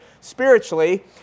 spiritually